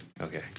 okay